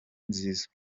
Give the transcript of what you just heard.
nziza